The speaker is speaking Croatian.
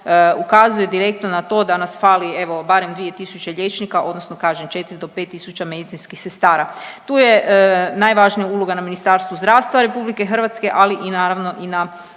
ukazuje direktno na to da nas fali, evo, barem 2 tisuće liječnika odnosno kažem, 4 do 5 tisuća medicinskih sestara. Tu je najvažnija uloga na Ministarstvu zdravstva RH, ali i naravno i na